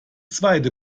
zweite